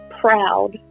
proud